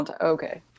Okay